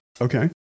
Okay